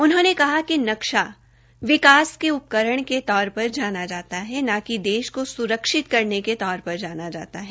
उन्होंने कहा कि नक्शा विकास के उपकरण के तौर पर जाना जाता है न कि देश को सुरक्षित करने के तौर पर जाना जाता है